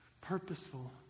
purposeful